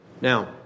Now